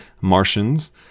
Martians